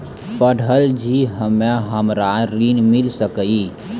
पढल छी हम्मे हमरा ऋण मिल सकई?